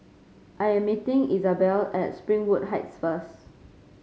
I am meeting Isabell at Springwood Heights first